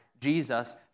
Jesus